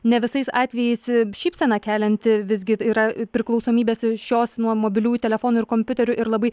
ne visais atvejais šypseną kelianti visgi yra priklausomybės šios nuo mobiliųjų telefonų ir kompiuterių ir labai